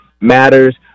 matters